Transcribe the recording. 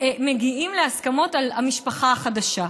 מגיעים להסכמות על המשפחה החדשה.